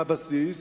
מהבסיס,